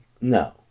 No